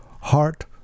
heart